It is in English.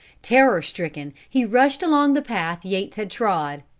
terror stricken, he rushed along the path yates had trod.